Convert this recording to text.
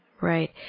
Right